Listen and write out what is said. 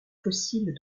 fossiles